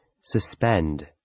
Suspend